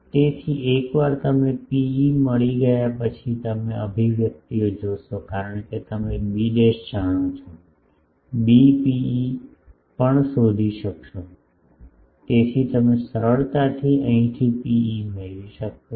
તેથી એકવાર તમે ρe મળી ગયા પછી તમે અભિવ્યક્તિઓ જોશો કારણ કે તમે b જાણો છો b ρe પણ શોધી શકશો તેથી તમે સરળતાથી અહીંથી Pe મેળવી શકો છો